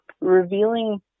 revealing